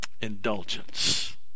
indulgence